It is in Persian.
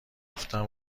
گفتم